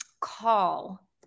call